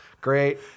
great